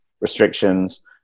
restrictions